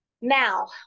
Now